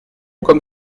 comme